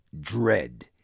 dread